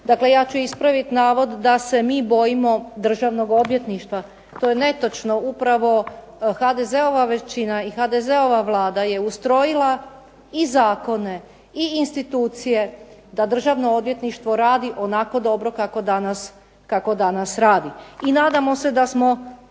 Dakle, ja ću ispraviti navod da se mi bojimo Državnog odvjetništva. To je netočno. Upravo HDZ-ova većina i HDZ-ova vlada je ustrojila i zakone i institucije da Državno odvjetništvo radi onako dobro kako danas radi. I nadamo se da smo